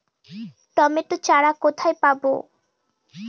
Tomato চারা কোথায় পাবো?